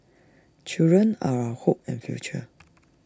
children are our hope and future